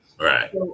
Right